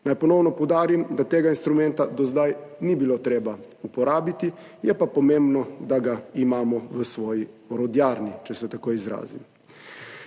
Naj ponovno poudarim, da tega instrumenta do zdaj ni bilo treba uporabiti. Je pa pomembno, da ga imamo v svoji orodjarni, če se tako izrazim.